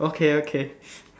okay okay